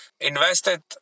invested